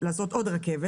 לעשות עוד רכבת.